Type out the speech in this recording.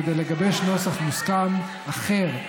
כדי לגבש נוסח מוסכם אחר,